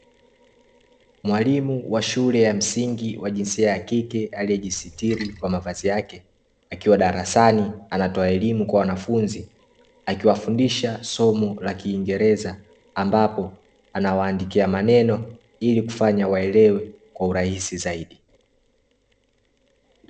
Mwalimu wa shule ya msingi wa jinsia ya kike aliyejisitiri kwa mavazi yake, akiwa darasani anatoa elimu kwa wanafunzi, akiwafundisha somo la kingereza ambapo anawaandikia maneno, ili kufanya waelewe kwa urahisi zaidi.